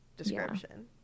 description